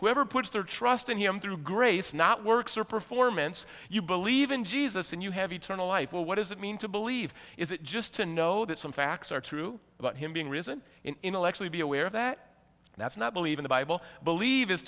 whoever puts their trust in him through grace not works or performance you believe in jesus and you have eternal life well what does it mean to believe is it just to know that some facts are true about him being risen intellectually be aware that that's not believe in the bible believe is